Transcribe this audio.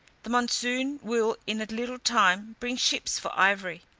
the monsoon will in a little time bring ships for ivory.